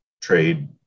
trade